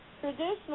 traditional